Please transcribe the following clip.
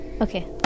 Okay